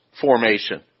formation